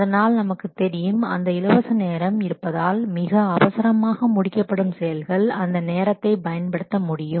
அதனால் நமக்கு தெரியும் அந்த இலவச நேரம் இருப்பதால் மிக அவசரமாக முடிக்கப்படும் செயல்கள் அந்த நேரத்தை பயன்படுத்த முடியும்